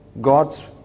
God's